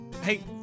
hey